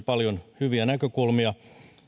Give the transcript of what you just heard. paljon hyviä näkökulmia